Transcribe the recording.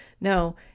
No